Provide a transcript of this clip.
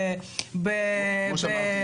גם באזרחי וגם